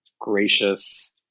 gracious